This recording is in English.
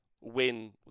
win